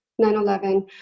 9-11